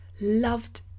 loved